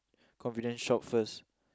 convenient shop first